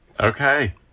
Okay